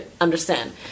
understand